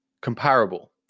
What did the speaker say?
comparable